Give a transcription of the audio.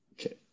Okay